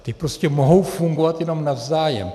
Ty prostě mohou fungovat jenom navzájem.